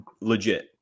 Legit